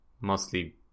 mostly